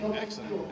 Excellent